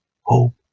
hope